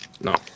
No